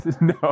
No